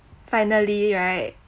finally right